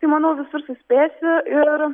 tai manau visur suspėsiu ir